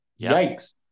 Yikes